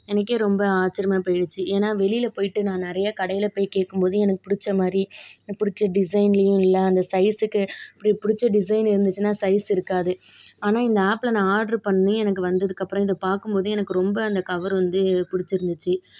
எனக்கு ரொம்ப ஆச்சரியமா போயிடுச்சி ஏன்னா வெளியில் போய்ட்டு நான் நிறைய கடையில் போய் கேட்கும்போது எனக்கு பிடிச்ச மாதிரி எனக்கு பிடிச்ச டிசைன்லேயும் இல்லை அந்த சைஸுக்கு பிடிச்ச டிசைன் இருந்துச்சுன்னா சைஸ் இருக்காது ஆனால் இந்த ஆப்பில் நான் ஆட்ரு பண்ணி எனக்கு வந்ததுக்கப்றம் இதை பார்க்கும்போது எனக்கு ரொம்ப அந்த கவர் வந்து பிடிச்சிருந்துச்சி